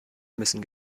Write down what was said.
müssen